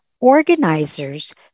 Organizers